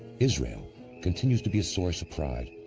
israel continues to be a source of pride,